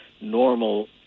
normal